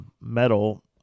metal